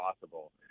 possible